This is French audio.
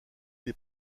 les